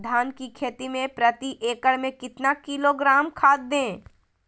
धान की खेती में प्रति एकड़ में कितना किलोग्राम खाद दे?